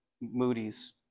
Moody's